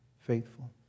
faithful